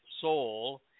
soul